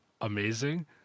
amazing